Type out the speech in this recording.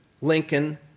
Lincoln